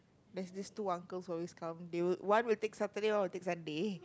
there's these two uncle who always come one will take Saturday one will take Sunday